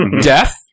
Death